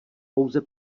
pouze